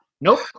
Nope